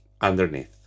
Underneath